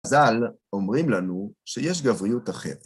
חזל אומרים לנו שיש גבריות אחרת.